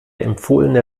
empfohlene